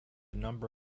number